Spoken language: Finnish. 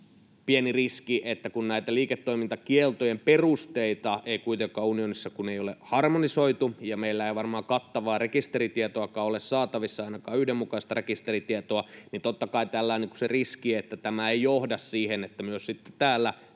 kokonaisharkinnan, ja kun näitä liiketoimintakieltojen perusteita ei kuitenkaan unionissa ole harmonisoitu — meillä ei varmaan kattavaa rekisteritietoakaan ole saatavissa, ainakaan yhdenmukaista rekisteritietoa — niin totta kai tässä piilee tietenkin se pieni riski, että tämä ei johda siihen, että myös täällä